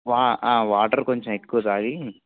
వా వాటర్ కొంచెం ఎక్కువ తాగి